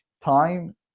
time